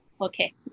Okay